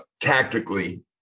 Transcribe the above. Tactically